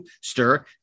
Stir